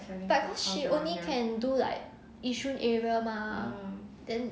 but then she only can do like yishun area mah then